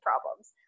problems